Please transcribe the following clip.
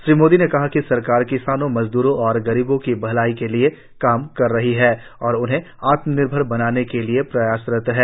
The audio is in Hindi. श्री मोदी ने कहा कि सरकार किसानों मजद्रों और गरीबों की भलाई के लिए काम कर रही है और उन्हें आत्मनिर्भर बनाने के लिए प्रयासरत है